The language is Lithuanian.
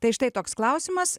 tai štai toks klausimas